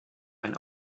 ein